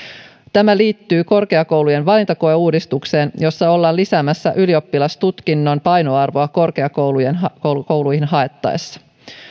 tämä liittyy korkeakoulujen valintakoeuudistukseen jossa ollaan lisäämässä ylioppilastutkinnon painoarvoa korkeakouluihin haettaessa